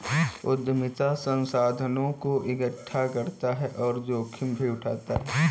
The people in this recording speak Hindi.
उद्यमिता संसाधनों को एकठ्ठा करता और जोखिम भी उठाता है